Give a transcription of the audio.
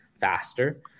faster